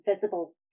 visible